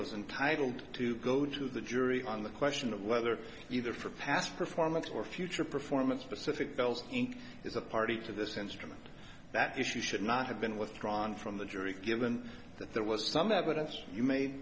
was intitled to go to the jury on the question of whether either for past performance or future performance specific bells inc is a party to this instrument that issue should not have been withdrawn from the jury given that there was some evidence you may